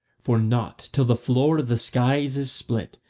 for not till the floor of the skies is split,